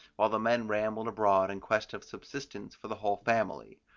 while the men rambled abroad in quest of subsistence for the whole family.